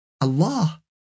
Allah